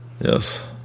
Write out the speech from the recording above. Yes